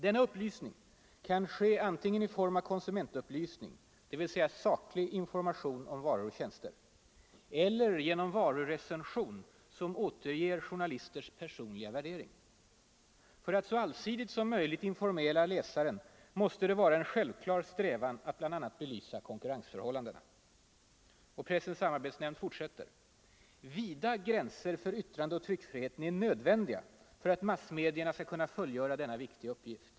Denna upplysning kan ske antingen i form av konsumentupplysning, dvs. saklig information om varor och tjänster, eller genom varurecension som återger journalisters personliga värdering. För att så allsidigt som möjligt informera läsaren måste det vara en självklar strävan att bl.a. belysa konkurrensförhållandena. Vida gränser för yttrandeoch tryckfriheten är nödvändiga för att massmedierna skall kunna fullgöra denna viktiga uppgift.